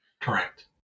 Correct